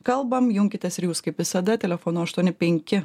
kalbam junkitės ir jūs kaip visada telefonu aštuoni penki